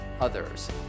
Others